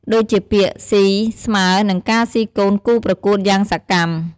ដូចជាពាក្យ ស៊ី ស្មើនិងការស៊ីកូនគូប្រកួតយ៉ាងសកម្ម។